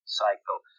cycle